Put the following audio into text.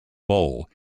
bowl